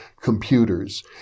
computers